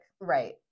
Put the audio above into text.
right